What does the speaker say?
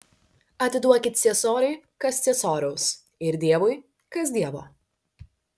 atiduokit ciesoriui kas ciesoriaus ir dievui kas dievo